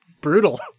Brutal